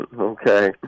Okay